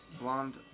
blonde